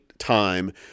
time